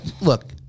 Look